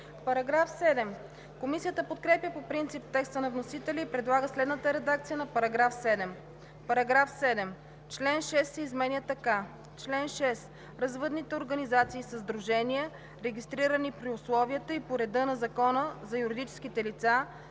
ДИМОВА: Комисията подкрепя по принцип текста на вносителя и предлага следната редакция на § 7: „§ 7. Член 6 се изменя така: „Чл. 6. Развъдните организации са сдружения, регистрирани при условията и по реда на Закона за юридическите лица